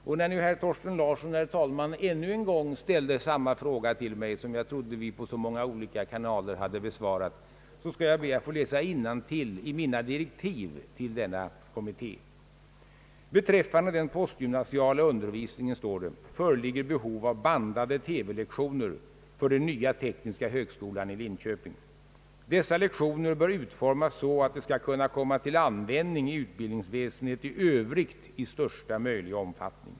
Och när nu herr Thorsten Larsson ännu en gång ställde samma fråga till mig som jag trodde att vi hade besvarat på så många olika kanaler, skall jag be att få läsa innantill ur mina direktiv till kommittén: »Beträffande den postgymnasiala undervisningen föreligger behov av bandade tv-lektioner för den nya tekniska högskolan i Linköping. Dessa lektioner bör utformas så att de skall kunna komma till användning i utbildningsväsendet i övrigt i största möjliga omfattning.